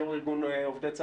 יו"ר ארגון עובדי צה"ל.